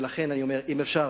ולכן אני אומר, אם אפשר,